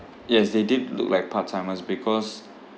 yes they did look like part timers because